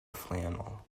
flannel